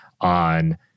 on